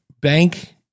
bank